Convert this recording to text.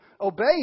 obey